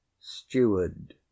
Steward